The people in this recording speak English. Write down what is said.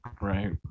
right